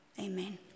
Amen